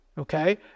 Okay